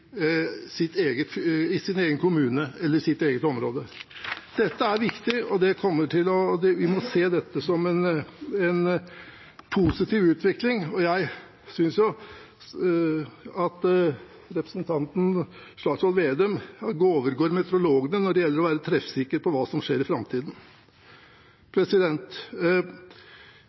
sitt eget område. Dette er viktig, og vi må se det som en positiv utvikling. Jeg synes representanten Slagsvold Vedum overgår meteorologene når det gjelder å være treffsikker om hva som skjer i framtiden.